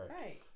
Right